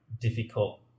difficult